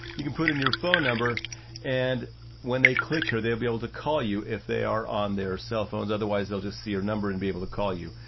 you can put in your phone number and when they click here, they'll be able to call you if they are on their cell phones. otherwise they'll just see your number and be able to call you.